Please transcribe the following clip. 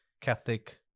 Catholic